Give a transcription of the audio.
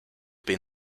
been